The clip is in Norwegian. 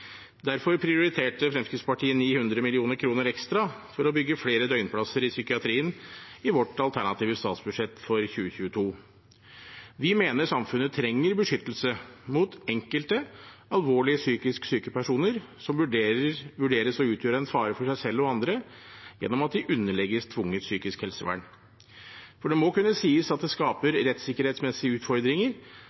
Derfor prioriterte Fremskrittspartiet 900 mill. kr ekstra for å bygge flere døgnplasser i psykiatrien i vårt alternative statsbudsjett for 2022. Vi mener samfunnet trenger beskyttelse mot enkelte alvorlig psykisk syke personer som vurderes å utgjøre en fare for seg selv og andre, gjennom at de underlegges tvungent psykisk helsevern. For det må kunne sies at det skaper rettssikkerhetsmessige utfordringer